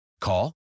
Call